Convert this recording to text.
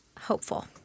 hopeful